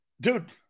dude